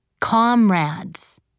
comrades